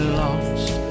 lost